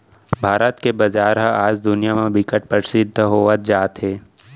भारत के बजार ह आज दुनिया म बिकट परसिद्ध होवत जात हे